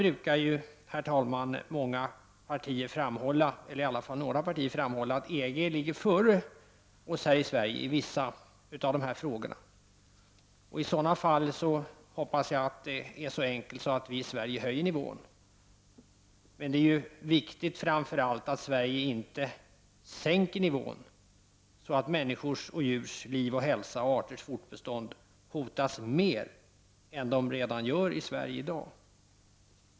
Här i kammaren brukar många partier — eller i alla fall några partier — framhålla att EG ligger före oss här i Sverige i vissa av dessa frågor. Jag hoppas att det är så enkelt att vi i Sverige i sådana fall höjer nivån. Det är framför allt viktigt att Sverige inte sänker nivån så att människors och djurs liv och hälsa och arters fortbestånd hotas mer än de gör i Sverige redan i dag.